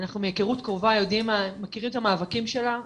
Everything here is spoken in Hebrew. אנחנו מהכרות קרובה מכירים את המאבקים שלה,